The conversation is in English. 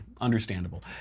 Understandable